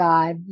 God